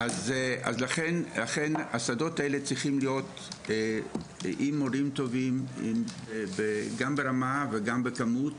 לכן השדות האלה צריכים להיות עם מורים טובים ברמה ובכמות